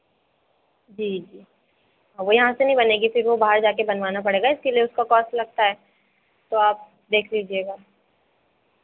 जी जी वो यहाँ से नहीं बनेगी फिर वो बाहर जाके बनवाना पड़ेगा इसके लिए उसका कॉस्ट लगता है तो आप देख लीजिएगा